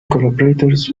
collaborates